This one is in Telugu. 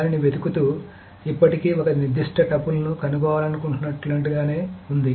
దానిని వెతుకుతూ ఇప్పటికీ ఒక నిర్దిష్ట టపుల్ను కనుగొనాలనుకుంటున్నట్లుగానే ఉంది